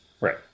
Right